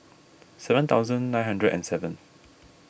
seven thousand nine hundred and seven